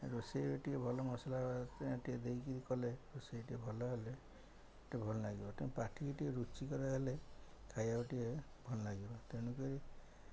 ରୋଷେଇ ଟିକେ ଭଲ ମସଲା ଟିକେ ଦେଇକିରି କଲେ ରୋଷେଇ ଟିକେ ଭଲ ହେଲେ ଟିକେ ଭଲ ଲାଗିବ ତେଣୁ ପାଟିିକି ଟିକେ ରୁଚିକର ହେଲେ ଖାଇବାକୁ ଟିକେ ଭଲ ଲାଗିବ ତେଣୁକରି